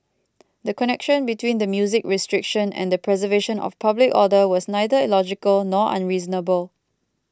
the connection between the music restriction and the preservation of public order was neither illogical nor unreasonable